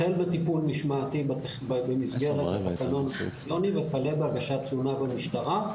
החל בטיפול משמעתי במסגרת התקנון וכלה בהגשת תלונה במשטרה.